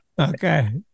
Okay